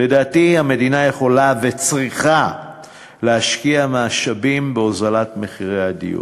לדעתי המדינה יכולה וצריכה להשקיע משאבים בהוזלת מחירי הדיור.